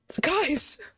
Guys